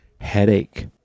headache